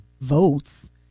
votes